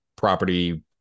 property